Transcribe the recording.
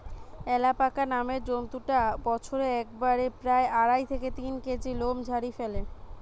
alpaca নামের জন্তুটা বছরে একবারে প্রায় আড়াই থেকে তিন কেজি লোম ঝাড়ি ফ্যালে